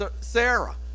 Sarah